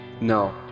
No